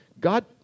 God